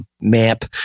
map